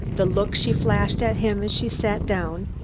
the look she flashed at him as she sat down,